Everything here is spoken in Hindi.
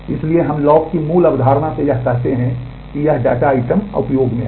इसलिए हम लॉक की मूल अवधारणा से यह कहते हैं कि यह डेटा आइटम उपयोग में है